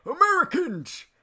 Americans